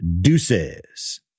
Deuces